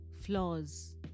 Flaws